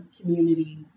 community